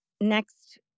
next